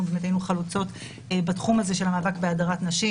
חלוצות בתחום הזה של המאבק בהדרת נשים,